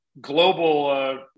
global